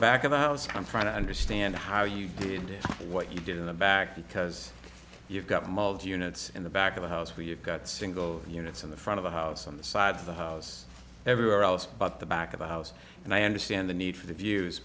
back of the house from front to understand how you did it what you did in the back because you've got mold units in the back of the house we've got single units in the front of the house on the side of the house everywhere else but the back of the house and i understand the need for the views